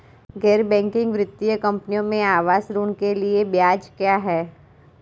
गैर बैंकिंग वित्तीय कंपनियों में आवास ऋण के लिए ब्याज क्या है?